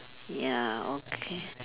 ya okay